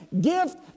gift